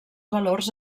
valors